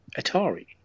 Atari